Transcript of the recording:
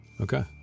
Okay